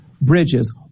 bridges